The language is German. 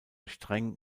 streng